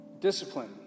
discipline